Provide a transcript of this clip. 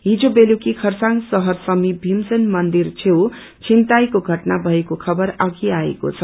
हिजो बेलुकी खरसाङ शहर समिप भीमसेन मन्दिर छेउ छिनताईको घटना भएको खबर अघि आएको छ